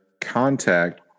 contact